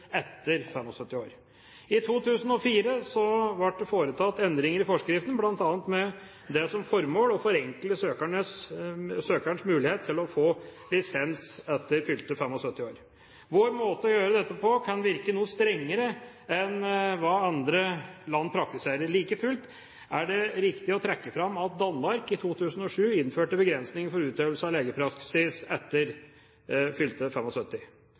etter 75 år. I 2004 ble det foretatt endringer i forskriften, bl.a. med det som formål å forenkle søkerens mulighet til å få lisens etter fylte 75 år. Vår måte å gjøre dette på kan virke noe strengere enn hva andre land praktiserer. Like fullt er det riktig å trekke fram at Danmark i 2007 innførte begrensninger for utøvelse av legepraksis etter fylte